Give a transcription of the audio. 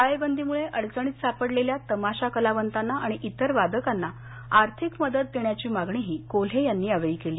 टाळेबंदीमुळं अडचणीत सापडलेल्या तमाशा कलावतांना आणि इतर वादकांना आर्थिक मदत देण्याची मागणीही कोल्हे यांनी यावेळी केली